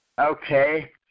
Okay